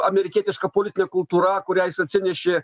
amerikietiška politinė kultūra kurią jis atsinešė